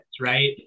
Right